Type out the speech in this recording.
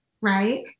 right